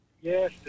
Yes